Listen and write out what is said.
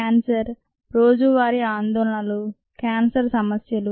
cancer రోజువారీ ఆందోళనలు cancer సమస్యలు